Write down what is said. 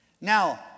Now